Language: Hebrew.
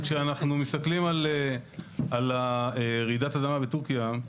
כשאנחנו מסתכלים על רעידת האדמה בטורקיה,